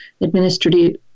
administrative